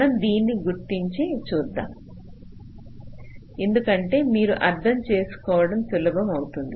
మనం దీన్ని గురించి చూద్దాం ఎందుకంటే మీరు అర్థం చేసుకోవడం సులభం అవుతుంది